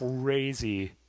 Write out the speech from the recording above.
crazy